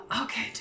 Okay